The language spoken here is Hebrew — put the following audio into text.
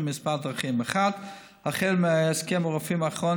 בכמה דרכים: 1. החל מהסכם הרופאים האחרון,